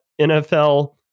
NFL